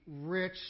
rich